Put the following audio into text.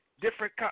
different